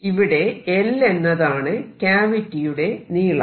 ഇവിടെ L എന്നതാണ് ക്യാവിറ്റിയുടെ നീളം